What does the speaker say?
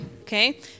okay